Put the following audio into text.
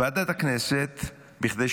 ועדת הכנסת.